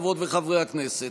חברות וחברי הכנסת,